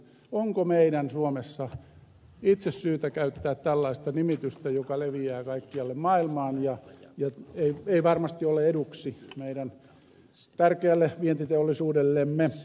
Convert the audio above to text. onko meidän suomessa itse syytä käyttää tällaista nimitystä joka leviää kaikkialle maailmaan ja ei varmasti ole eduksi meidän tärkeälle vientiteollisuudellemme